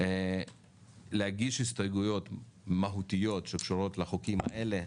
להגיש הסתייגויות מהותיות שקשורות להצעות החוק הללו.